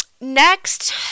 next